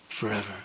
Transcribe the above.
Forever